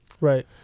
Right